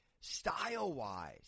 Style-wise